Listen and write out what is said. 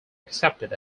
accepted